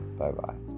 bye-bye